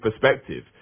perspective